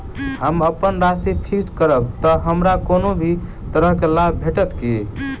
हम अप्पन राशि फिक्स्ड करब तऽ हमरा कोनो भी तरहक लाभ भेटत की?